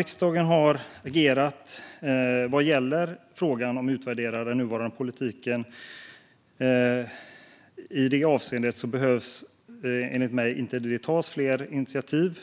Riksdagen har agerat vad gäller att utvärdera den nuvarande politiken. I det avseendet behöver det, enligt mig, inte tas fler initiativ.